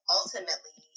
ultimately